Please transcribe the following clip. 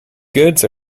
goods